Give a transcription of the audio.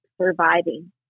surviving